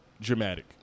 dramatic